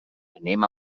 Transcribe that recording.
anem